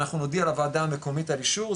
אנחנו נודיע לוועדה המקומית על אישור,